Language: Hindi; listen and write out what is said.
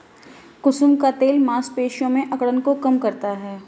कुसुम का तेल मांसपेशियों में अकड़न को कम करता है